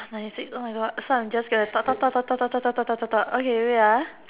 ninety six oh my god so I am just going to talk talk talk talk talk talk talk talk okay wait ah